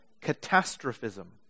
catastrophism